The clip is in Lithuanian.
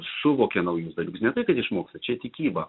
suvokia naujus dalykus ne tai kad išmoksta čia tikyba